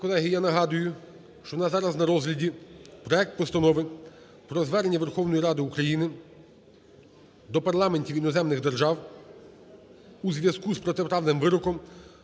колеги, я нагадую, що у нас зараз на розгляді проект Постанови про Звернення Верховної Ради України до парламентів іноземних держав у зв'язку з протиправним вироком